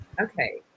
Okay